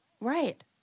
Right